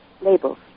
labels